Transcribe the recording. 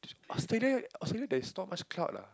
Australia Australia there is not much cloud lah